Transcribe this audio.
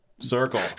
Circle